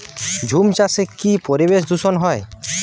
ঝুম চাষে কি পরিবেশ দূষন হয়?